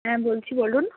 হ্যাঁ বলছি বলুন